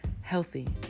healthy